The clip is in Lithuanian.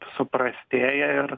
suprastėja ir